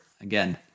Again